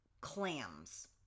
clams